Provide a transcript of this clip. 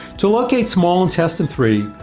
to locate small intestine three,